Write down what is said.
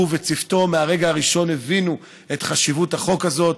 שהוא וצוותו הבינו מהרגע הראשון את חשיבות החוק הזה,